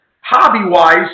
hobby-wise